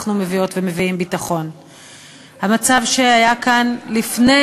ואני אצביע גם עכשיו נגד החוק הזה.